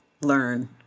learn